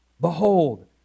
Behold